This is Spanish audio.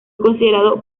considerado